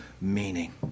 meaning